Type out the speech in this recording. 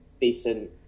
decent